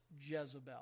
Jezebel